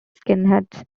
skinheads